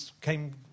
came